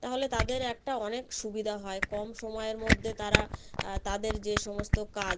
তাহলে তাদের একটা অনেক সুবিধা হয় কম সময়ের মধ্যে তারা তাদের যে সমস্ত কাজ